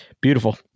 beautiful